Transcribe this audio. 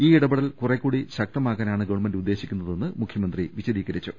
ഈ ഇടപെടൽ കൂറേക്കൂടി ശക്തമാക്കാനാണ് ഗവൺമെന്റ് ഉദ്ദേ ശിക്കുന്നതെന്ന് മുഖ്യമന്ത്രി വിശദീകരിച്ചു